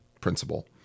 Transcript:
principle